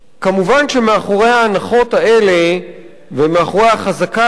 מובן שמאחורי ההנחות האלה ומאחורי החזקה הזאת